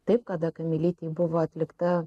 taip kada kamilytei buvo atlikta